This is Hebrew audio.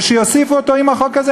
ויוסיפו אותו לחוק הזה,